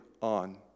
on